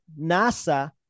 NASA